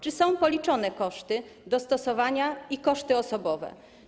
Czy są policzone koszty dostosowania i koszty osobowe?